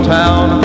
town